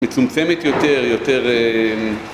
מצומצמת יותר יותר